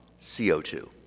CO2